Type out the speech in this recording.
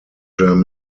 germain